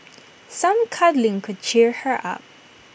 some cuddling could cheer her up